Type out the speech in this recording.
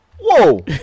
Whoa